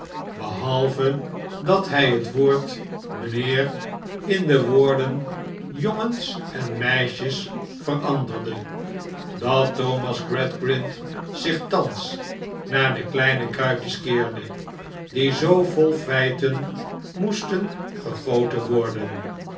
behalve dat hij het woord mijnheer in de woorden jongens en meisjes veranderde dat thomas gradgrind zich thans naar de kleine kruikjes keerde die zoo vol feiten moesten gegoten worden